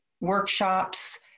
workshops